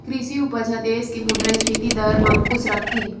कृषि उपज ह देस के मुद्रास्फीति दर म अंकुस रखथे